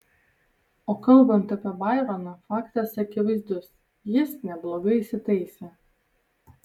o kalbant apie baironą faktas akivaizdus jis neblogai įsitaisė